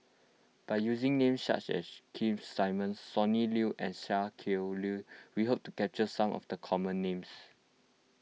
by using names such as Keith Simmons Sonny Liew and Sia Kah Lui we hope to capture some of the common names